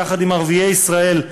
יחד עם ערביי ישראל,